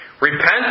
Repent